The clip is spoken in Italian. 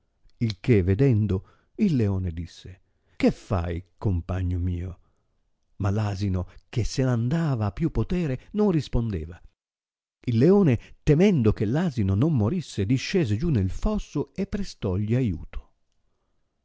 il che vedendo il leone disse che fai compagno mio ma l asino che se n'andava a più potere non rispondeva il leone temendo che l'asino non morisse discese giù nel fosso e prestògli aiuto